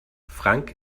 frank